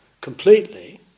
completely